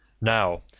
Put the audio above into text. Now